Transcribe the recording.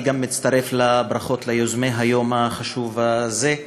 גם אני מצטרף לברכות ליוזמי היום החשוב הזה,